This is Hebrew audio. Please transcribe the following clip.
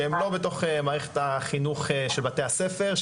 שהם לא בתוך מערכת החינוך של בתי הספר.